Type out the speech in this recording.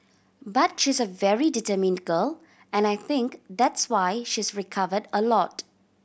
but she's a very determined girl and I think that's why she's recovered a lot